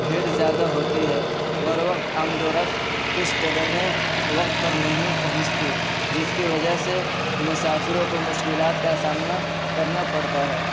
بھیڑ زیادہ ہوتی ہے بر وقت آمد و رفت کچھ ٹرینیں وقت پر نہیں پہنچتی جس کی وجہ سے مسافروں کو مشکلات کا سامنا کرنا پڑتا ہے